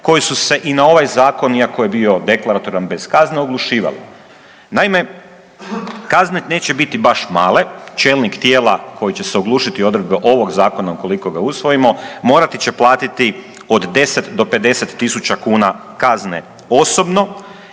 koji su se i na ovaj zakon iako je bio deklaratoran bez kazne oglušivalo. Naime, kazne neće biti baš male, čelnik tijela koji će se oglušiti odredbe ovog zakona ukoliko ga usvojimo, morati će platiti od 10 do 50.000 kuna kazne osobno